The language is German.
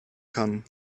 kann